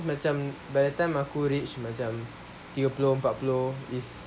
macam by the time aku reach macam tiga puluh empat puluh is